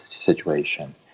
situation